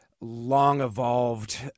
long-evolved